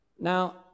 Now